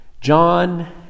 John